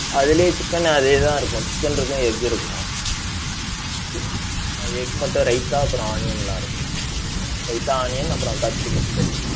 அதுலேயே சிக்கென் அதே தான் இருக்கும் சிக்கென் இருக்கும் எக் இருக்கும் எக் மட்டும் ரைத்தா அப்புறம் ஆனியன்லாம் இருக்கும் ரைத்தா ஆனியன் அப்புறம் கத்திரிக்காய் பச்சடி